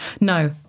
no